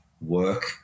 work